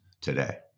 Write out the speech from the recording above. today